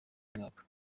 mwaka